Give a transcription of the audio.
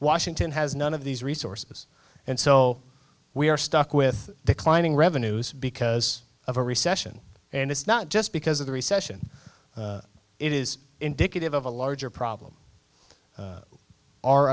washington has none of these resources and so we are stuck with declining revenues because of a recession and it's not just because of the recession it is indicative of a larger problem